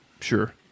Sure